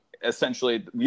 essentially